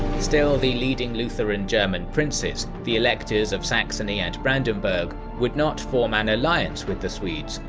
still the leading lutheran german princes the electors of saxony and brandenburg would not form an alliance with the swedes,